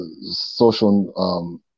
social